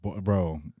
bro